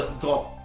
got